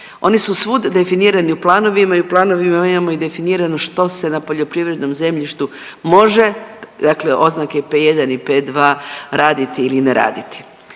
Oni su svud definirani u planovima i u planovima imamo i definirano što se na poljoprivrednom zemljištu može, dakle oznake P1 i P2 raditi ili ne raditi.